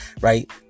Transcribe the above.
right